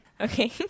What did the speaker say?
Okay